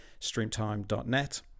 streamtime.net